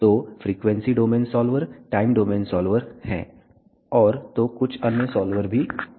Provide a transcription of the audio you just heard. तो frequency domain solver time domain solver हैं और तो कुछ अन्य सॉल्वर भी हैं